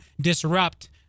disrupt